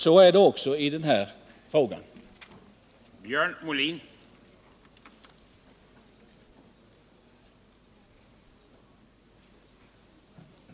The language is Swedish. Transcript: Så är det också i den här frågan.